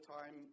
time